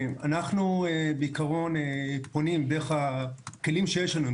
אנחנו בעיקרון פונים דרך הכלים שיש לנו,